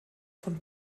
von